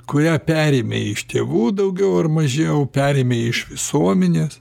kurią perėmė iš tėvų daugiau ar mažiau perėmė iš visuomenės